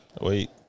Wait